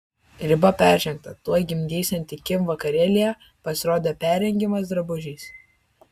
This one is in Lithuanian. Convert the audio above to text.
riba peržengta tuoj gimdysianti kim vakarėlyje pasirodė perregimais drabužiais